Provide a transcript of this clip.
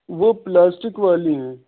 وہ پلاسٹک والی ہیں